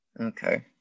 Okay